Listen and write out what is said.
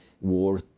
war